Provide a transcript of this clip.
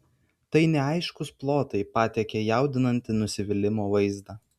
tai neaiškūs plotai patiekią jaudinantį nusivylimo vaizdą